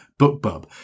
Bookbub